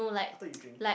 I thought you drink